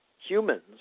humans